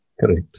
Correct